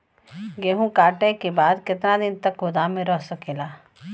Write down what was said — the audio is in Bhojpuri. गेहूँ कांटे के बाद कितना दिन तक गोदाम में रह सकेला?